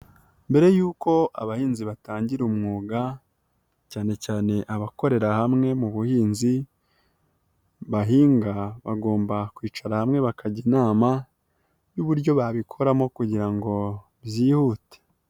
Mbere yuko abahinzi batangira umwuga cyane cyane abakorera hamwe mu buhinzi bahinga , bagomba kwicara hamwe bakajya inama y'uburyo babikoramo kugira ngo byihute.